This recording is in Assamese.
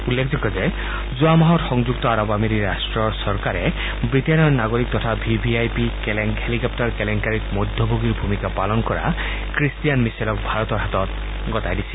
উল্লেখযোগ্য যে যোৱা মাহত সংযুক্ত আৰৱ আমিৰী ৰাট্টৰ চৰকাৰে ৱিটেইনৰ নাগৰিক তথা V V I P helicopter কেলেংকাৰীত মধ্যভূগীৰ ভূমিকা পালন কৰা ক্ৰিষ্ট্ৰিয়ান মিচেলক ভাৰকৰ হাতত গটাই দিছিল